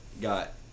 got